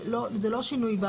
זה לא שינוי,